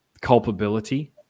culpability